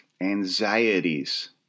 anxieties